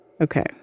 Okay